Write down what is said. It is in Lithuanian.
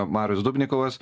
marius dubnikovas